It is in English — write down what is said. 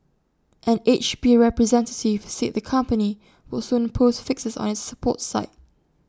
an H P representative said the company would soon post fixes on its support site